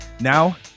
Now